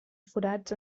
forats